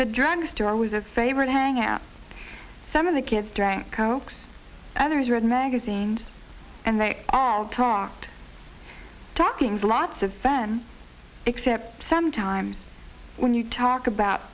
the drugstore was a favorite hangout some of the kids drank cokes others read magazines and they all talked talking lots of fun except sometimes when you talk about